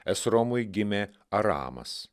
esromui gimė aramas